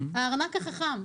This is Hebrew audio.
הארנק החכם,